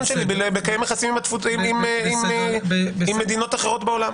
שלי לקיים יחסים עם מדינות אחרות בעולם.